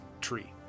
tree